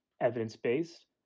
evidence-based